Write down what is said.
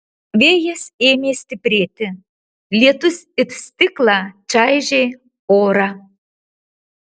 vėjas ėmė stiprėti lietus it stiklą čaižė orą